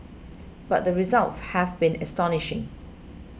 but the results have been astonishing